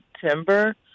September